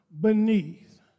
beneath